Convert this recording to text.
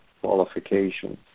qualification